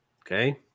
Okay